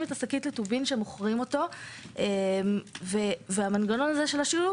את השקית לטובין שמוכרים אותו והמנגנון של השילוט